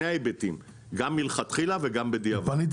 פנית